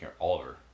Oliver